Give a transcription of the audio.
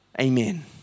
Amen